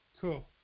Cool